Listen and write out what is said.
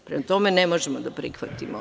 Prema tome, ne možemo da prihvatimo ovo.